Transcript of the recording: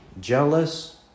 jealous